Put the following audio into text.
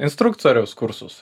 instruktoriaus kursus